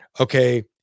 Okay